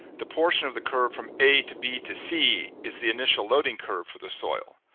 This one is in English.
the portion of the curve from a to b to c is the initial loading curve for the soil.